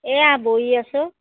এয়া বহি আছোঁ